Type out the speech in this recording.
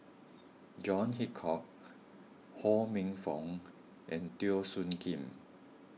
John Hitchcock Ho Minfong and Teo Soon Kim